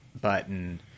button